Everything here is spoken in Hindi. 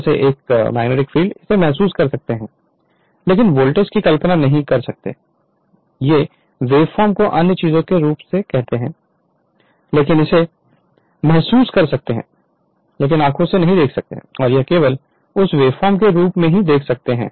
जैसे एक मैग्नेटिक फील्ड इसे महसूस कर सकता है लेकिन वोल्टेज की कल्पना नहीं कर सकता है वेवफॉर्म को अन्य चीजों को देख सकते हैं लेकिन इसे महसूस कर सकते हैं लेकिन आंखें नहीं देख सकते हैं केवल उस वेवफॉर्म रूप को देख सकते हैं